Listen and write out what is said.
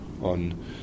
on